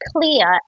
clear